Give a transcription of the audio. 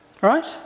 Right